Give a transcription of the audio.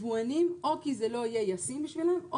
יבואנים או כי זה לא יהיה ישים בשבילם או